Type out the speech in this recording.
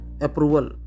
approval